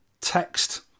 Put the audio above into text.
text